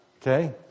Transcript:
Okay